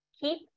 keep